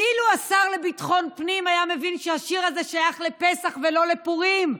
אילו השר לביטחון פנים היה מבין שהשיר הזה שייך לפסח ולא לפורים,